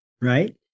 right